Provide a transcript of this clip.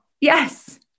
yes